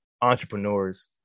entrepreneurs